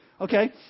Okay